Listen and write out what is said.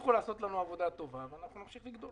תמשיכו לעשות לנו עבודה טובה ואנחנו נמשיך לגדול.